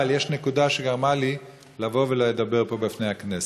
אבל יש נקודה שגרמה לי לדבר פה, בפני הכנסת.